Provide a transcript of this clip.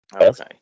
Okay